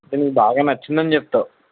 నీకు బాగా నచ్చిందని చెప్తావు